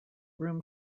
room